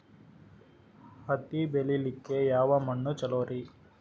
ಹತ್ತಿ ಬೆಳಿಲಿಕ್ಕೆ ಯಾವ ಮಣ್ಣು ಚಲೋರಿ?